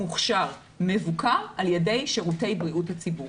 מוכשר ומבוקר על ידי שירותי בריאות הציבור.